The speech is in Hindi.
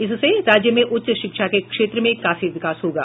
इससे राज्य में उच्च शिक्षा के क्षेत्र में काफी विकास होगा